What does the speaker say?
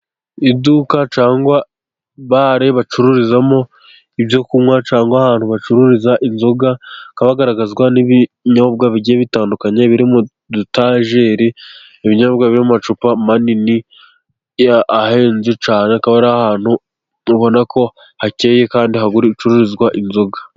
Iduka cyangwa bare bacururizamo ibyo kunywa cyangwa ahantu bacururiza inzoga, hakaba hagaragazwa n'ibinyobwa bigiye bitandukanye, biri mu dutajeri ibinyobwa birimo amacupa manini ahenze cyane akaba ari ahantu ubona ko hacyeye ,kandi hari gucururizwa inzoga.